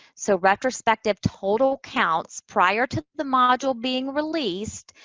so retrospective total counts prior to the module being released,